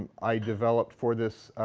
um i developed for this